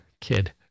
kid